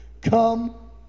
Come